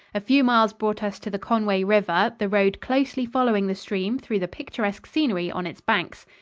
a few miles brought us to the conway river, the road closely following the stream through the picturesque scenery on its banks.